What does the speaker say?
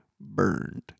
burned